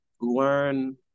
learn